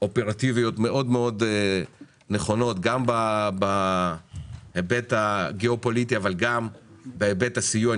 אופרטיביות מאוד נכונות גם בהיבט הגיאופוליטי אבל גם בהיבט הסיוע.